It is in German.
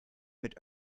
mit